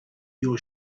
your